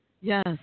Yes